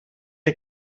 are